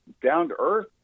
down-to-earth